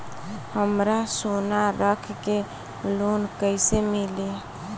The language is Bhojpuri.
हमरा सोना रख के लोन कईसे मिली?